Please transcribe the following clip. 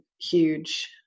huge